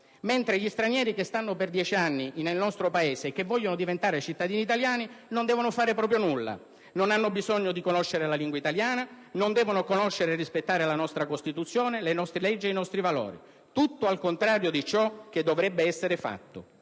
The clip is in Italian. mentre gli stranieri che stanno per dieci anni nel nostro Paese e che vogliono diventare cittadini italiani non devono fare proprio nulla, non hanno bisogno di conoscere la lingua italiana, non devono conoscere e rispettare la nostra Costituzione, le nostre leggi e i nostri valori. Tutto il contrario di ciò che dovrebbe essere fatto.